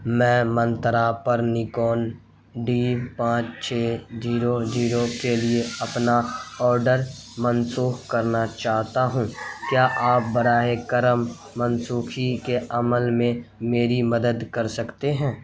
میں منترا پر Nikon D پانچ چھ جیرو زیرو کے لیے اپنا آڈر منسوخ کرنا چاہتا ہوں کیا آپ براہ کرم منسوخی کے عمل میں میری مدد کر سکتے ہیں